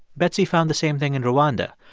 betsy found the same thing in rwanda.